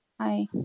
Hi